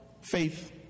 faith